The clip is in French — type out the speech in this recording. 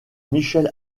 michel